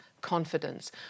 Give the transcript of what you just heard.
confidence